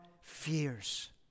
Fears